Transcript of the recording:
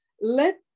let